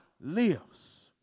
lives